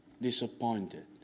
disappointed